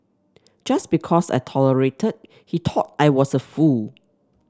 just because I tolerated he thought I was a fool